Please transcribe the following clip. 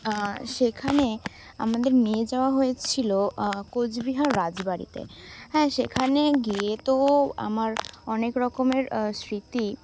সেখানে আমাদের নিয়ে যাওয়া হয়েছিল কোচবিহার রাজবাড়িতে হ্যাঁ সেখানে গিয়ে তো আমার অনেক রকমের স্মৃতি